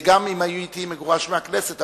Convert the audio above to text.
גם אם הייתי מגורש מהכנסת.